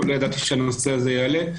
לא ידעתי שהנושא הזה יעלה.